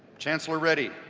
chancellor reddy.